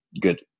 good